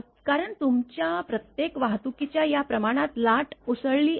कारण तुमच्या प्रत्येक वाहतुकीच्या त्या प्रमाणात लाट उसळली आहे